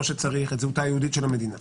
שצריך את זהותה היהודית של מדינת ישראל,